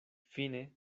fine